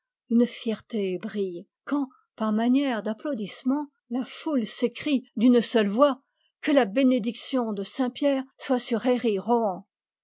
une fierté brille quand par manière d'applaudissement la foule s'écrie d'une seule voix que la bénédiction de saint pierre soit sur